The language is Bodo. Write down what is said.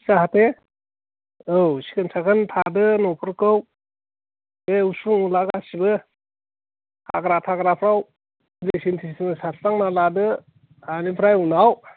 जाहाथे औ सिखोन साखोन थादो न'फोरखौ बे उसुं उला गासैबो हाग्रा थाग्राफ्राव ब्लिसिं तिसिं सारस्रांनानै लादो आरो बेनिफ्राय उनाव